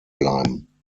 bleiben